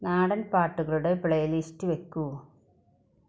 നാടന് പാട്ടുകളുടെ പ്ലേലിസ്റ്റ് വയ്ക്കുക